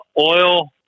oil